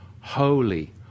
holy